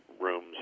rooms